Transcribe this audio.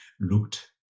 looked